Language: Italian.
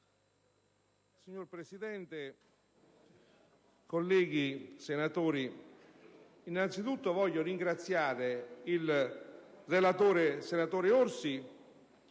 Signor Presidente, colleghi senatori, desidero innanzitutto ringraziare il relatore, senatore Orsi,